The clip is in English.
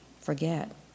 forget